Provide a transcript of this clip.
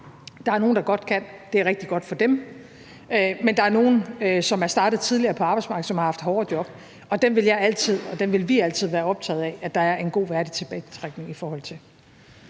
Der er nogle, der godt kan, og det er rigtig godt for dem, men der er også nogle, som er startet tidligere på arbejdsmarkedet, og som har haft hårde job, og dem vil jeg og dem vil vi altid være optaget af at der er en god og værdig tilbagetrækningsmulighed for.